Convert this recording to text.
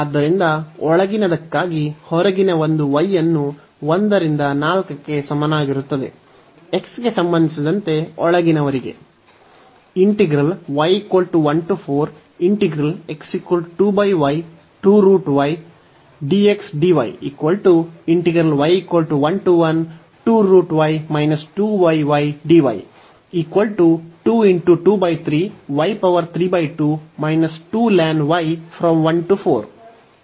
ಆದ್ದರಿಂದ ಒಳಗಿನದಕ್ಕಾಗಿ ಹೊರಗಿನ ಒಂದು y ಅನ್ನು 1 ರಿಂದ 4 ಕ್ಕೆ ಸಮನಾಗಿರುತ್ತದೆ x ಗೆ ಸಂಬಂಧಿಸಿದಂತೆ ಒಳಗಿನವರಿಗೆ